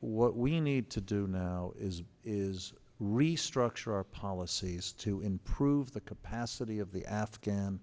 what we need to do now is restructure our policies to improve the capacity of the afghan